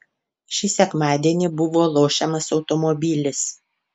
šį sekmadienį buvo lošiamas automobilis